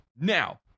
Now